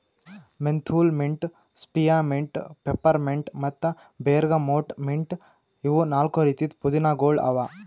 menthol mint, spearmint, peppermint ಮತ್ತ bergamot mint ಇವು ನಾಲ್ಕು ರೀತಿದ್ ಪುದೀನಾಗೊಳ್ ಅವಾ